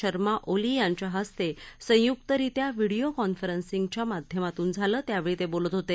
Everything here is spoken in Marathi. शर्मा ओली यांच्या हस्ते संयुकरित्या व्हिडीओ कॉन्फरन्सिंगच्या माध्यमातून झालं त्यावेळी ते बोलत होते